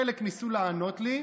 חלק ניסו לענות לי,